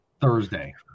Thursday